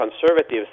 Conservatives